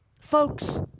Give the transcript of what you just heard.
Folks